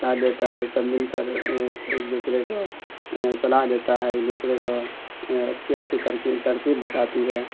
ساتھ دیتا ہے سب مل کر ایک دوسرے کو صلاح دیتا ہے ایک دوسرے کو اچھی اچھی ترتیب بتاتی ہے